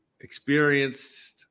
experienced